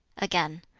again,